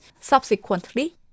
Subsequently